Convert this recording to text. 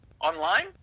online